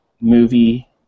movie